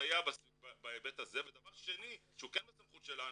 לסייע בהיבט הזה, ודבר שני שהוא כן בסמכות שלנו,